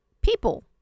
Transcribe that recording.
people